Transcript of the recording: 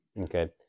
okay